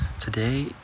Today